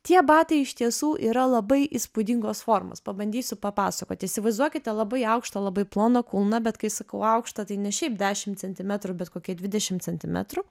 tie batai iš tiesų yra labai įspūdingos formos pabandysiu papasakoti įsivaizduokite labai aukštą labai ploną kulną bet kai sakau aukštą tai ne šiaip dešimt centimetrų bet kokie dvidešimt centimetrų